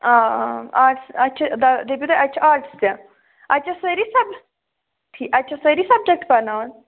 آ آ آٹٕس اتہِ چھُ دپیٛوٗ تُہۍ اتہِ چھُ آٹٕس تہٕ اتہِ چھا سأرِی سَبجیکٹٕس ٹھیٖک اتہِ چھا سأری سَبجیٚکٹٕس پرٕناوان